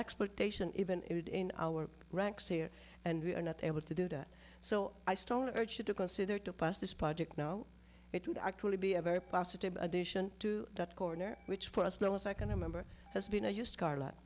exploitation even in our ranks here and we are not able to do that so i started to consider to pass this project no it would actually be a very positive addition to that corner which for us known as i can remember has been a used car lot